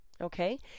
okay